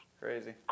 Crazy